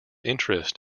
interest